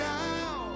now